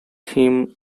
him